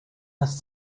was